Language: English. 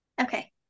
Okay